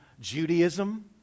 Judaism